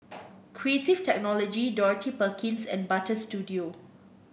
Creative Technology Dorothy Perkins and Butter Studio